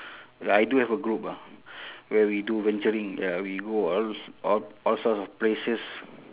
I do have a group ah where we do venturing ya we go all all all sorts of places